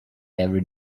every